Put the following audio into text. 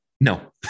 No